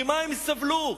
ממה סבלו?